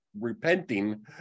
repenting